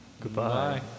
Goodbye